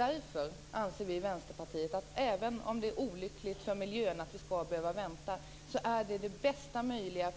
Även om väntan är olycklig för miljön anser vi i Vänsterpartiet därför att detta är det bästa